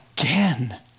Again